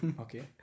okay